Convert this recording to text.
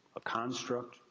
a construct,